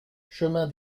chemin